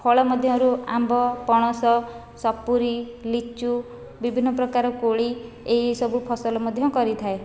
ଫଳ ମଧ୍ୟରୁ ଆମ୍ବ ପଣସ ସପୁରି ଲିଚୁ ବିଭିନ୍ନ ପ୍ରକାର କୋଳି ଏହି ଏହିସବୁ ଫସଲ ମଧ୍ୟ କରିଥାଏ